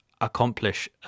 accomplish